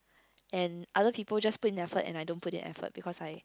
and other people just put in effort and I don't put in effort because I